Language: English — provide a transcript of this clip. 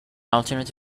alternate